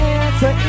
answer